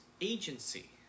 agency